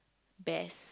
best